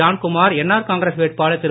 Johnkumar N R Congress வேட்பாளர் திரு